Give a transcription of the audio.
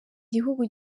gihugu